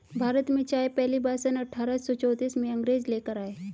भारत में चाय पहली बार सन अठारह सौ चौतीस में अंग्रेज लेकर आए